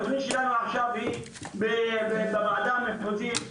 התוכנית שלנו עכשיו בוועדה המחוזית,